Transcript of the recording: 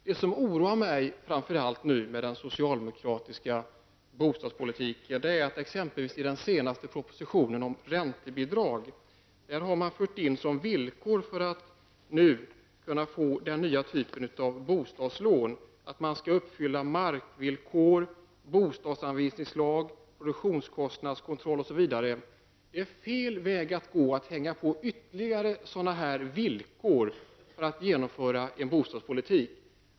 Det som oroar mig framför allt med den socialdemokratiska bostadspolitiken är att det exempelvis i den senaste propositionen om räntebidrag har förts in som villkor för att kunna få den nya typen av bostadslån att man skall uppfylla vissa krav vad gäller mark, bostadsanvisningslag, produktionskostnadskontroll osv. Det är fel väg att gå att hänga på ytterligare villkor för att genomföra en bostadspolitik.